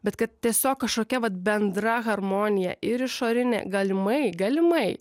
bet kad tiesiog kažkokia vat bendra harmonija ir išorinė galimai galimai